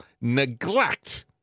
neglect